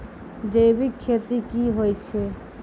जैविक खेती की होय छै?